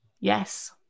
Yes